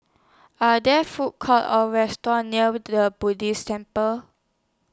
Are There Food Courts Or restaurants near Buddhist Temple